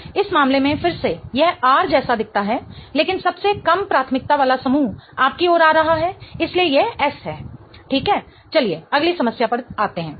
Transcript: इस मामले में फिर से यह R जैसा दिखता है लेकिन सबसे कम प्राथमिकता वाला समूह आपकी ओर आ रहा है इसलिए यह S है ठीक है चलिए अगली समस्या पर आते हैं